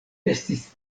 estis